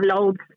loads